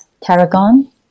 tarragon